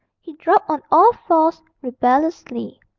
he dropped on all fours rebelliously.